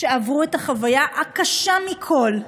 שעברו את החוויה הקשה מכול,